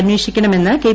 അന്വേഷണിക്കണമെന്ന് K